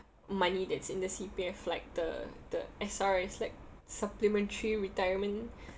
money that's in the C_P_F like the the S_R_S like supplementary retirement